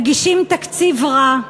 מגישים תקציב רע,